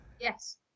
Yes